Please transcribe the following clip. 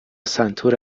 سنتور